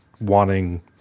wanting